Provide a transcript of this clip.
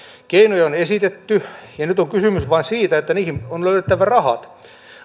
keinoja on esitetty ja nyt on kysymys vain siitä että niihin on löydettävä rahat